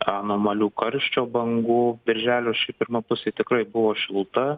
anomalių karščio bangų birželio šiaip pirma pusė tikrai buvo šilta